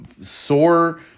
sore